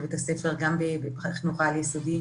בתי הספר הרימו את הכפפה באופן מאוד מרשים,